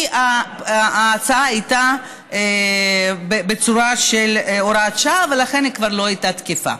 כי ההצעה הייתה בצורה של הוראת שעה ולכן כבר לא הייתה תקפה.